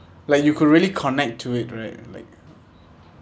like you could really connect to it right like